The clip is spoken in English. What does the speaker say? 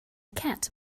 cat